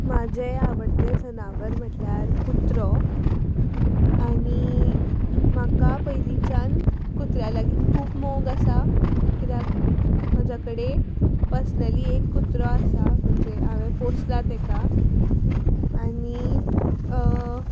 म्हाजें आवडटें जनावर म्हटल्यार कुत्रो आनी म्हाका पयलींच्यान कुत्र्यां लागीं खूब मोग आसा कित्याक म्हज्या कडेन पर्सन्ली एक कुत्रो आसा म्हणजे हांवें पोसला तेका आनी अ